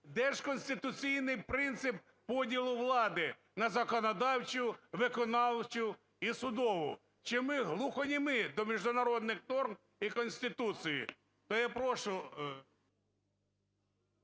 Де ж конституційний принцип поділу влади на законодавчу, виконавчу і судову? Чи ми глухонімі до міжнародних норм і Конституції? То я прошу…